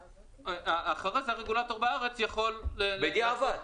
ואחרי זה הרגולטור בארץ יכול -- בדיעבד.